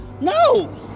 No